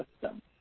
system